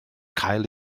cael